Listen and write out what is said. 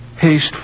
Haste